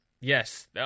yes